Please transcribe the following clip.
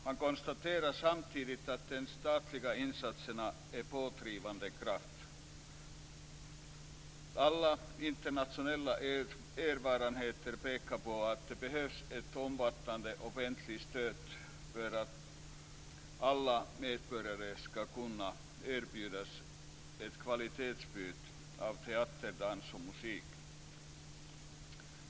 Man konstaterar samtidigt att de statliga insatserna är en pådrivande kraft. Alla internationella erfarenheter pekar på att det behövs ett omfattande offentligt stöd för att alla medborgare skall kunna erbjudas ett kvalitetsutbud av teater, dans och musik.